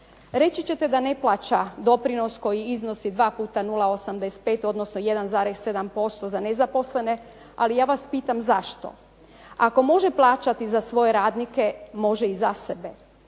Reći ćete da ne plaća doprinos koji iznosi 2 puta 0,85 odnosno 1,7% za nezaposlene, ali ja vas pitam zašto. Ako može plaćati svoje radnike može i za sebe.